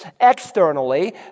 externally